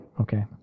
Okay